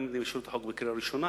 גם אם יאשרו את החוק בקריאה ראשונה